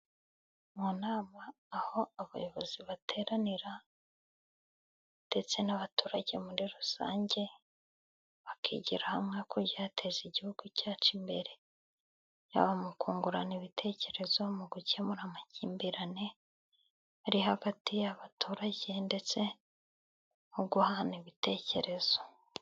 Mu nama, aho abayobozi bateranira ndetse n'abaturage muri rusange, bakigira hamwe ku byateza igihugu cyacu imbere, yaba mu kungurana ibitekerezo mu gukemura amakimbirane ari hagati y'abaturage, ndetse no guhana ibitekerezo.